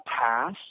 pass